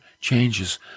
changes